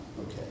Okay